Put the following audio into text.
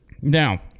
now